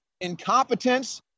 incompetence